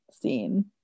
scene